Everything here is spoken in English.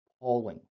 appalling